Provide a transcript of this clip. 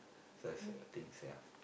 such a things ya